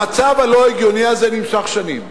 המצב הלא-הגיוני הזה נמשך שנים.